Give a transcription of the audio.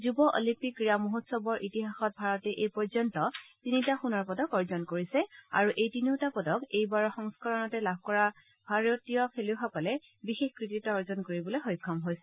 যুৱ অলিম্পিক ক্ৰীড়া মহোৎসৱৰ ইতিহাসত ভাৰতে এই পৰ্যন্ত তিনিটা সোণৰ পদক অৰ্জন কৰিছে আৰু এই তিনিওটা পদক এইবাৰৰ সংস্কৰণতে লাভ কৰি ভাৰতীয় খেলুৱৈসকলে বিশেষ কৃতিত্ব অৰ্জন কৰিবলৈ সক্ষম হৈছে